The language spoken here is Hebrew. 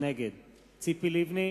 נגד ציפי לבני,